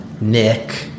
Nick